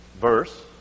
verse